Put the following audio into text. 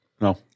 No